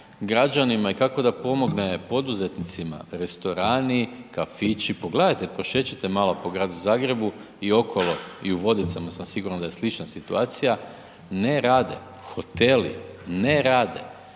građanima i kako da pomogne poduzetnicima. Restorani, kafići, pogledajte, prošećite malo po Gradu Zagrebu i okolo, i u Vodicama sam siguran da je slična situacija, ne rade. Hoteli ne rade.